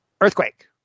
Earthquake